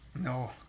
No